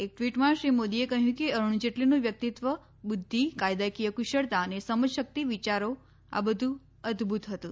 એક ટવીટમાં શ્રી મોદીએ કહ્યું કે અરૂણ જેટલીનું વ્યક્તિત્વ બુદ્ધિ કાયદાકીય કુશળતા અને સમજશક્તિ વિચારો આ બધું અદભૂત હતું